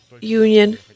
Union